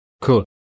Cool